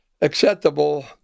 acceptable